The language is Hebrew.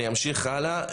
אני אמשיך הלאה,